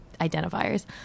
identifiers